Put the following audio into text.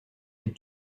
les